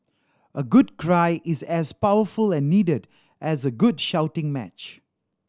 a good cry is as powerful and needed as a good shouting match